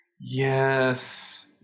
Yes